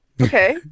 okay